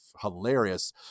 hilarious